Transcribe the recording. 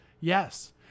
Yes